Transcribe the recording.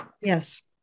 Yes